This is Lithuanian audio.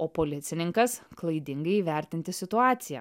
o policininkas klaidingai įvertinti situaciją